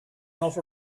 offer